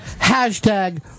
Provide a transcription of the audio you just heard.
Hashtag